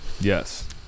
Yes